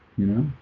you know